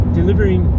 delivering